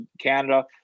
Canada